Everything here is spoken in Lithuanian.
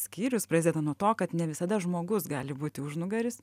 skyrius pradeda nuo to kad ne visada žmogus gali būti užnugaris